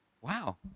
Wow